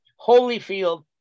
Holyfield